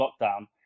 lockdown